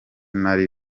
nari